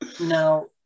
Now